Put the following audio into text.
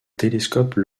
télescope